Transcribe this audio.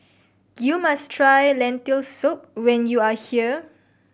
you must try Lentil Soup when you are here